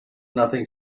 nothing